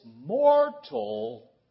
mortal